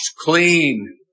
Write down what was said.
clean